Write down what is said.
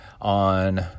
on